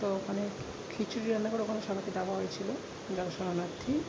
তো ওখানে খিচুড়ি রান্না করে ওখানে সবাইকে দেওয়া হয়েছিল যারা শরণার্থী